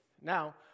Now